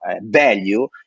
value